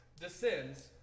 descends